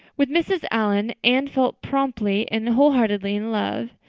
with mrs. allan anne fell promptly and wholeheartedly in love.